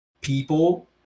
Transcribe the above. people